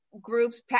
groups